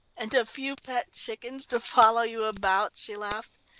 and a few pet chickens to follow you about? she laughed.